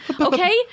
okay